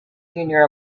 junior